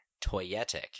Toyetic